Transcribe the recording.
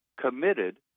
committed